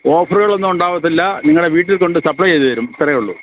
ഓഫറുകളൊന്നും ഉണ്ടാവത്തില്ല നിങ്ങളുടെ വീട്ടിൽ കൊണ്ട് സപ്പ്ളൈ ചെയ്തു തരും അത്രയേ ഉള്ളു